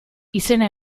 izena